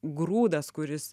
grūdas kuris